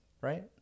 right